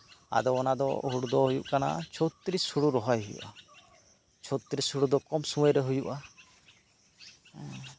ᱟᱫᱚ ᱚᱱᱟ ᱫᱚ ᱦᱩᱲᱩ ᱫᱚ ᱦᱩᱭᱩᱜ ᱠᱟᱱᱟ ᱪᱷᱚᱛᱤᱥ ᱦᱩᱲᱩ ᱨᱚᱦᱚᱭ ᱦᱩᱭᱩᱜᱼᱟ ᱪᱷᱚᱛᱨᱤᱥ ᱦᱩᱲᱩ ᱫᱚ ᱠᱚᱢ ᱥᱚᱢᱚᱭᱨᱮ ᱦᱩᱭᱩᱜᱼᱟ